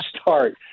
start